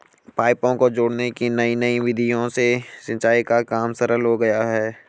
पाइपों को जोड़ने की नयी नयी विधियों से सिंचाई का काम सरल हो गया है